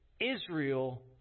Israel